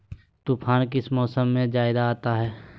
तूफ़ान किस मौसम में ज्यादा आता है?